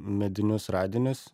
medinius radinius